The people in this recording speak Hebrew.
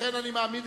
הודעת